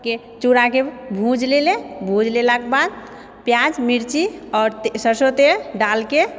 के चूराके भूज लेले भूज लेलाके बाद प्याज मिर्ची आओर सरसो तेल डालके